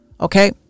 okay